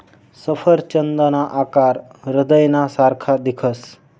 सफरचंदना आकार हृदयना सारखा दिखस